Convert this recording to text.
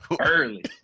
Early